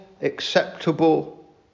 acceptable